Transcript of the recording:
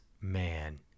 Man